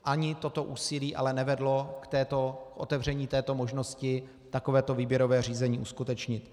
Ani toto úsilí ale nevedlo k otevření této možnosti takovéto výběrové řízení uskutečnit.